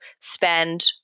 spend